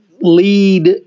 lead